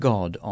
God